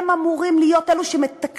אלא הם אמורים להיות אלה שמתקנים